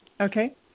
Okay